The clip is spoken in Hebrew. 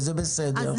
וזה בסדר,